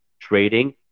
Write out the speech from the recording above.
trading